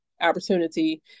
opportunity